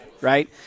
right